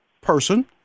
person